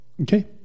Okay